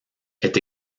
est